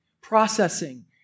processing